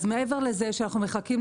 אז מעבר לזה שאנחנו מחכים,